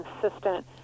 consistent